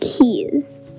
Keys